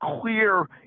clear